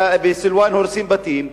בסילואן הורסים בתים,